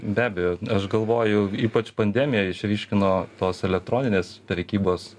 be abejo aš galvoju ypač pandemija išryškino tos elektroninės prekybos